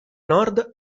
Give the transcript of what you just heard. nord